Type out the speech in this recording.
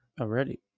Already